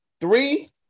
three